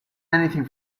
anything